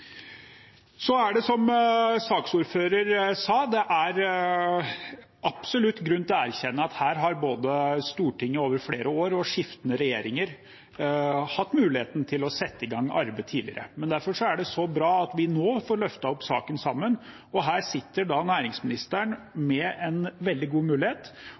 Så er det, som saksordføreren sa, absolutt grunn til å erkjenne at her har både Stortinget over flere år og skiftende regjeringer hatt mulighet til å sette i gang arbeid tidligere. Derfor er det så bra at vi nå får løftet opp saken sammen. Her sitter næringsministeren med en veldig god mulighet,